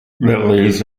leaves